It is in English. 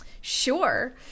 Sure